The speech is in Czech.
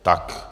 Tak.